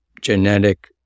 genetic